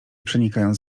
przenikając